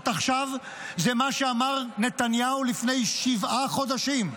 עכשיו זה מה שאמר נתניהו לפני שבעה חודשים: